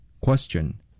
Question